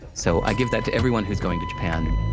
so, i give that to everyone who's going to japan.